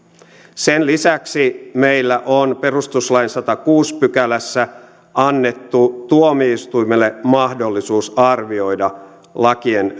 sen lisäksi meillä on perustuslain sadannessakuudennessa pykälässä annettu tuomioistuimelle mahdollisuus arvioida lakien